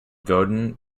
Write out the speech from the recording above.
godin